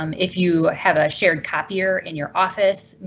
um if you have a shared copier in your office,